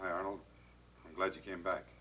i don't like to came back